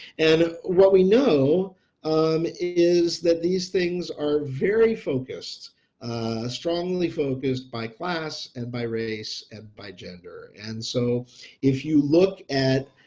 and what we know um is that these things are very focused strongly focused by class, and by race and by gender and so if you look at,